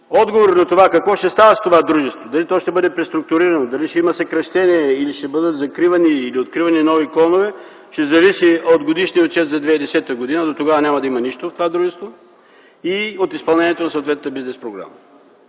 отговор на това – какво ще става с това дружество – дали то ще бъде преструктурирано, дали ще има съкращения или ще бъдат закривани или откривани нови клонове? Ще зависи от годишния отчет за 2010 г. Дотогава няма да има нищо от това дружество и от изпълнението на съответната бизнеспрограма.